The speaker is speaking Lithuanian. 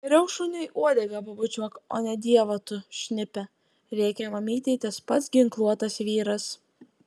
geriau šuniui uodegą pabučiuok o ne dievą tu šnipe rėkė mamytei tas pats ginkluotas vyras